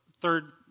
third